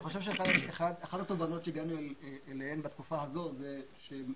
אני חושב שאחת התובנות אליהן הגענו בתקופה הזאת היא שבאופן